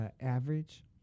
average